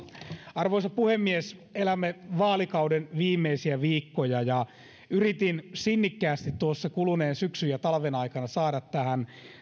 arvoisa puhemies elämme vaalikauden viimeisiä viikkoja ja yritin sinnikkäästi tuossa kuluneen syksyn ja talven aikana saada tähän